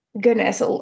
goodness